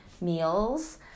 meals